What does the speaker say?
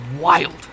wild